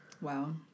Wow